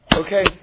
Okay